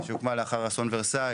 שהוקמה לאחר אסון ורסאי,